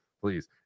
please